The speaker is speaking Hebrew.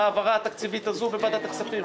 ההעברה התקציבית הזו בוועדת הכספים.